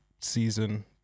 season